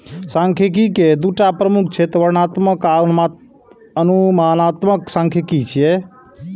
सांख्यिकी के दूटा प्रमुख क्षेत्र वर्णनात्मक आ अनुमानात्मक सांख्यिकी छियै